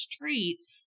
treats